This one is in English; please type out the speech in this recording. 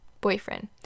boyfriend